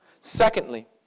Secondly